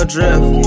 Drift